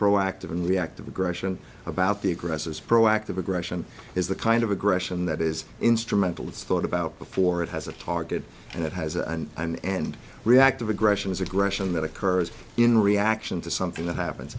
proactive and reactive aggression about the aggressors proactive aggression is the kind of aggression that is instrumental it's thought about before it has a target and it has and i mean and reactive aggression is aggression that occurs in reaction to something that happens